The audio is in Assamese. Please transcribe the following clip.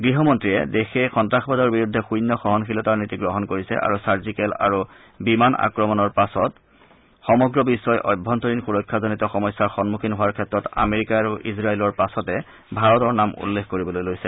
গৃহমন্নীয়ে দেশে সন্তাসবাদৰ বিৰুদ্ধে শুন্য সহনশীলতাৰ নীতি গ্ৰহণ কৰিছে আৰু চাৰ্জিকেল আৰু বিমান আক্ৰমণৰ পাছত সমগ্ৰ বিগ্ৰই অভ্যন্তৰীণ সুৰক্ষাজনিত সমস্যাৰ সমূখীন হোৱাৰ ক্ষেত্ৰত আৰেমিকা আৰু ইজৰাইলৰ পাছতে ভাৰতৰ নাম উল্লেখ কৰিবলৈ লৈছে